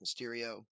Mysterio